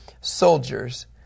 soldiers